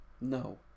No